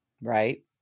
Right